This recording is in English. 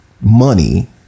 money